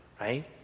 right